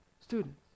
Students